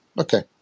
okay